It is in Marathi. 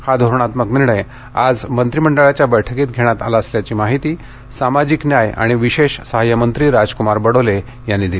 हा धोरणात्मक निर्णय आज मंत्रिमंडळाच्या बैठकीत घेण्यात आला असल्याची माहिती सामाजिक न्याय आणि विशेष सहाय्यमंत्री राजकुमार बडोले यांनी दिली